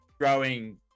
growing